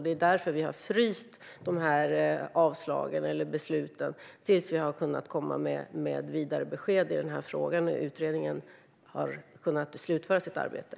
Det är därför vi har fryst de här besluten, tills vi kan komma med vidare besked i frågan, det vill säga när utredningen har kunnat slutföra sitt arbete.